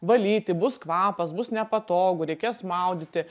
valyti bus kvapas bus nepatogu reikės maudyti